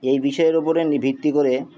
এই বিষয়ের ওপরে ভিত্তি করে